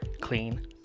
clean